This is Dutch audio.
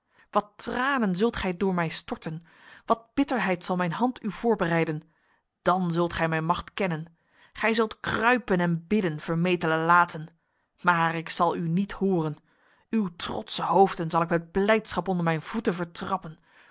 wat tranen zult gij door mij storten wat bitterheid zal mijn hand u voorbereiden dan zult gij mijn macht kennen gij zult kruipen en bidden vermetele laten maar ik zal u niet horen uw trotse hoofden zal ik met blijdschap onder mijn voeten vertrappen